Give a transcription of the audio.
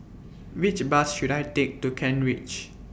Which Bus should I Take to Kent Ridge